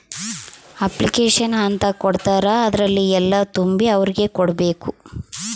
application ಅಂತ ಕೊಡ್ತಾರ ಅದ್ರಲ್ಲಿ ಎಲ್ಲ ತುಂಬಿ ಅವ್ರಿಗೆ ಕೊಡ್ಬೇಕು